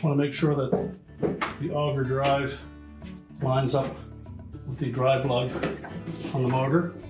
make sure that the auger drive lines up with the drive lug on the motor.